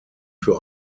für